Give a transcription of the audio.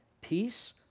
peace